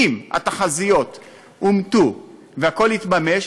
ואם התחזיות אומתו והכול התממש,